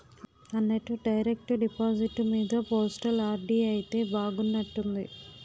అన్నట్టు direct deposit మీద postal RD అయితే బాగున్నట్టుంది